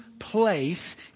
place